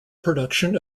production